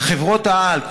של חברות-העל,